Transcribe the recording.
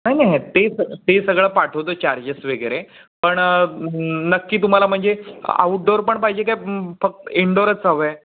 नाही नाही ते सग ते सगळं पाठवतो चार्जेस वगैरे पण नक्की तुम्हाला म्हणजे आऊटडोअर पण पाहिजे काय फक्त इनडोअरच हवं आहे